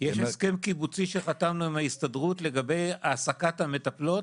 יש הסכם קיבוצי שחתמנו עם ההסתדרות לגבי העסקת המטפלות.